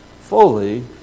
fully